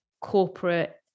corporate